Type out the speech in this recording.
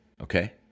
okay